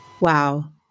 Wow